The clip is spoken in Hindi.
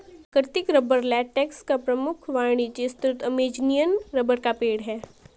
प्राकृतिक रबर लेटेक्स का प्रमुख वाणिज्यिक स्रोत अमेज़ॅनियन रबर का पेड़ है